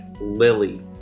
Lily